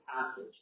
passage